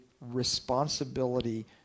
responsibility